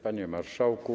Panie Marszałku!